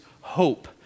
hope